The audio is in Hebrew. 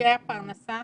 בקשיי הפרנסה,